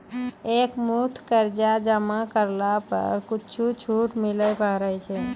एक मुस्त कर्जा जमा करला पर कुछ छुट मिले पारे छै?